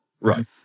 Right